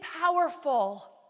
powerful